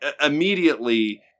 immediately